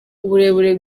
uburebure